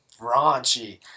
raunchy